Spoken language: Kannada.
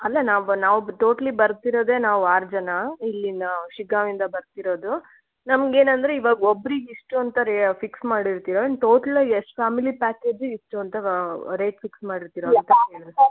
ಅಲ್ಲ ನಾವು ಬನ್ ನಾವು ಟೋಟ್ಲಿ ಬರ್ತಿರೋದೇ ನಾವು ಆರು ಜನ ಇಲ್ಲಿಂದ ಶಿಗ್ಗಾಂವಿಂದ ಬರ್ತಿರೋದು ನಮ್ಗೆ ಏನಂದರೆ ಇವಾಗ ಒಬ್ರಿಗೆ ಇಷ್ಟು ಅಂತ ರೇ ಫಿಕ್ಸ್ ಮಾಡಿರ್ತೀವಲ್ಲ ಇನ್ನು ಟೋಟಲಾಗಿ ಎಷ್ಟು ಫ್ಯಾಮಿಲಿ ಪ್ಯಾಕೇಜು ಇಷ್ಟು ಅಂತ ರೇಟ್ ಫಿಕ್ಸ್ ಮಾಡಿರ್ತೀರಾ ಅಂತ ಕೇಳಿದೆ